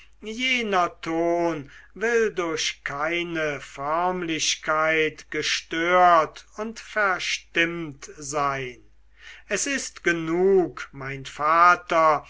will durch keine förmlichkeit gestört und verstimmt sein es ist genug mein vater